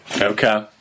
Okay